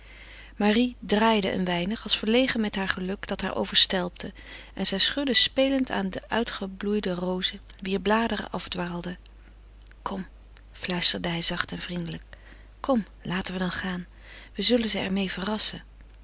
marie draalde een weinig als verlegen met haar geluk dat haar overstelpte en zij schudde spelend aan de uitgebloeide rozen wier bladeren afdwarrelden kom fluisterde hij zacht en vriendelijk kom laten we dan gaan we zullen ze er meê verrassen